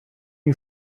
you